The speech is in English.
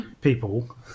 people